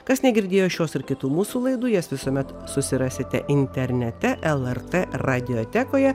kas negirdėjo šios ir kitų mūsų laidų jas visuomet susirasite internete lrt radiotekoje